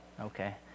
Okay